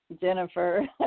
Jennifer